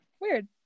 Weird